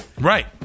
Right